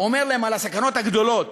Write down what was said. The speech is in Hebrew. אומר להם מה הסכנות הגדולות